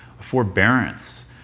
forbearance